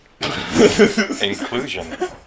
Inclusion